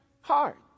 heart